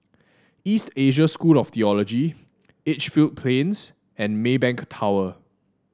East Asia School of the Theology Edgefield Plains and Maybank Tower